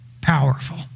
powerful